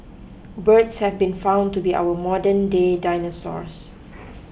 birds have been found to be our modernday dinosaurs